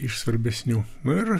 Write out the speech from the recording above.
iš svarbesnių nu ir